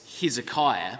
Hezekiah